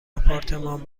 آپارتمان